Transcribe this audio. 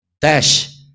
dash